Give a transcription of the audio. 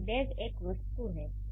यानी बैग एक वस्तु है